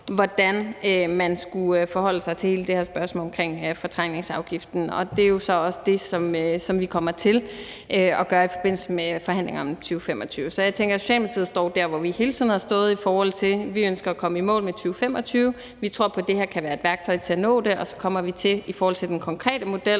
hvordan man skulle forholde sig til hele det her spørgsmål omkring for fortrængningsafgiften. Og det er jo så også det, som vi kommer til at gøre i forbindelse med forhandlingerne om 2025-målet. Så jeg tænker, at Socialdemokratiet står der, hvor vi hele tiden har stået, i forhold til at vi ønsker at komme i mål med 2025-målet. Vi tror på, at det her kan være et værktøj til at nå det, og i forhold til den konkrete model